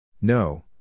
No